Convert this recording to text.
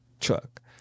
truck